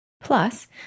Plus